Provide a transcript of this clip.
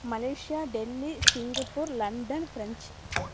Malaysia Delhi Singapore London French